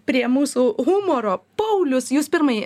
prie mūsų humoro paulius jus pirmai